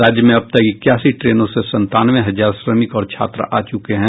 राज्य में अब तक इक्यासी ट्रेनों से संतानवे हजार श्रमिक और छात्र आ चुके हैं